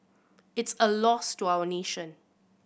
it's a loss to our nation